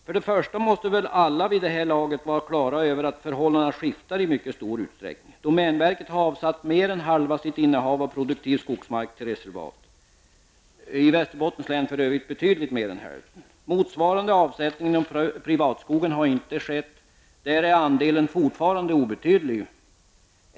Först och främst måste väl alla vid det här laget vara på det klara med att förhållandena skiftar i mycket stor utsträckning. Domänverket har avsatt mer än halva sitt innehav av produktiv skogsmark till reservat, i Västerbottens län betydligt mer än hälften. Motsvarande avsättning har inte skett inom privatskogen -- där är andelen fortfarande obetydlig.